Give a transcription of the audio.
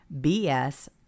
BS